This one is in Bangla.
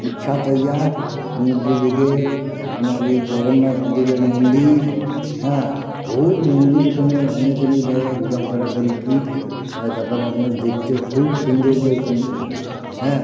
বিখ্যাত ইয়া সমুদ্র দেখে আপনার এই জগন্নাথদেবের মন্দির হ্যাঁ বহুত মন্দির ওখানে অনেক অনেক জায়গায় ঘোরা ফেরা করেছি হ্যাঁ তারপরে আপনার দেখতে খুব সৌন্দর্য ওখানের জিনিস হ্যাঁ